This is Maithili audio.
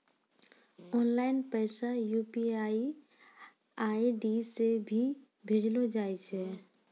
ऑनलाइन पैसा यू.पी.आई आई.डी से भी भेजलो जाय छै